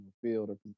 field